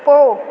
போ